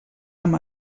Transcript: amb